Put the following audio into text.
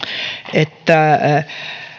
että